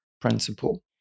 principle